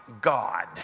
God